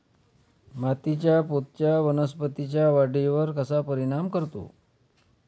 मातीच्या पोतचा वनस्पतींच्या वाढीवर कसा परिणाम करतो?